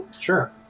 Sure